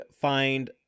find